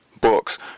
books